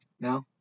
No